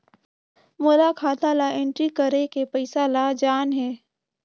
मोला खाता ला एंट्री करेके पइसा ला जान हे?